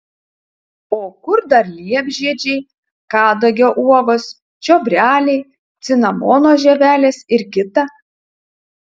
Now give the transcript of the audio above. o kur dar liepžiedžiai kadagio uogos čiobreliai cinamono žievelės ir kita